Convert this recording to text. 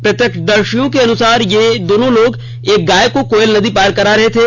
प्रत्यक्षदर्शियों के अनुसार ये दोनों लोग गाय को कोयल नदी पार करा रहे थे